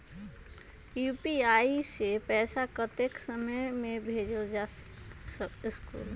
UPI से पैसा कतेक समय मे भेजल जा स्कूल?